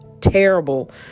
terrible